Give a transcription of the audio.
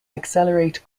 accelerate